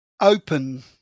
open